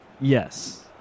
Yes